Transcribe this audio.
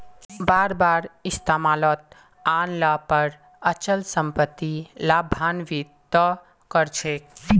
बार बार इस्तमालत आन ल पर अचल सम्पत्ति लाभान्वित त कर छेक